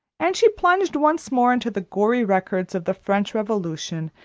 and she plunged once more into the gory records of the french revolution,